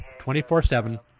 24-7